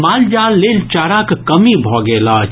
मालजाल लेल चाराक कमी भऽ गेल अछि